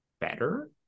better